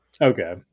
Okay